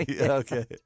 Okay